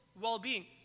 well-being